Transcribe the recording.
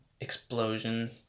explosion